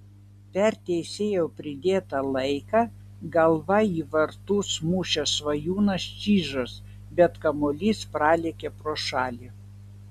per teisėjo pridėtą laiką galva į vartus mušė svajūnas čyžas bet kamuolys pralėkė pro šalį